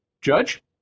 Judge